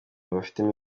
bafitemo